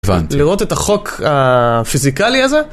הבנתי לראות את החוק הפיזיקלי הזה?